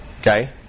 Okay